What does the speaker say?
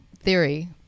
theory